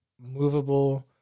movable